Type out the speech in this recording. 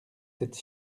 cette